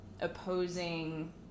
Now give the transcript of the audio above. opposing